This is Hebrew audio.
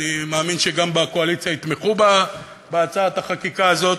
אני מאמין שגם בקואליציה יתמכו בהצעת החקיקה הזאת,